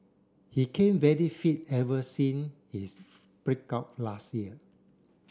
he came very fit ever since his break up last year